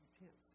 intense